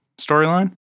storyline